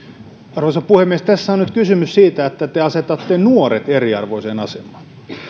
arvoisa puhemies tässä on nyt kysymys siitä että te asetatte nuoret eriarvoiseen asemaan